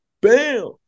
bam